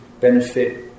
benefit